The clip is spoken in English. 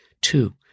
Two